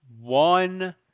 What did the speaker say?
one